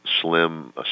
slim